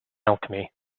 alchemy